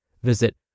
Visit